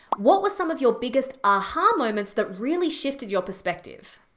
what were some of your biggest a-ha moments that really shifted your perspective?